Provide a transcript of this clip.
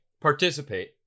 participate